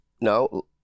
no